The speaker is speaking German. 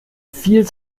viel